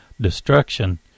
destruction